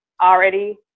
already